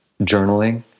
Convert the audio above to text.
journaling